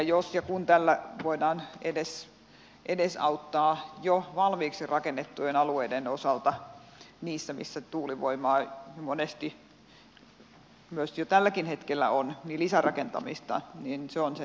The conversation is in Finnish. jos ja kun tällä voidaan edesauttaa lisärakentamista jo valmiiksi rakennettujen alueiden osalta siellä missä tuulivoimaa monesti jo tälläkin hetkellä on niin se on se tavoite